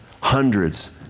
hundreds